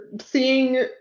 seeing